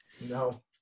No